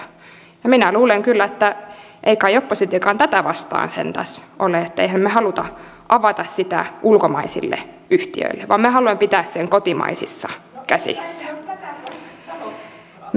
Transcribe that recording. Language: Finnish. ja minä luulen kyllä että ei kai oppositiokaan tätä vastaan sentään ole emmehän me halua avata sitä ulkomaisille yhtiöille vaan me haluamme pitää sen kotimaisissa käsissä